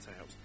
out